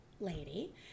lady